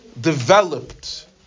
developed